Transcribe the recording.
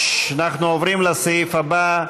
אנחנו עוברים לנושא הבא: